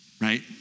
right